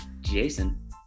Jason